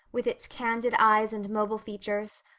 with its candid eyes and mobile features,